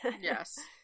Yes